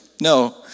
no